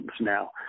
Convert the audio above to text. now